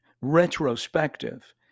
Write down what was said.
retrospective